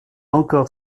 encore